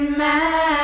mad